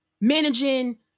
Managing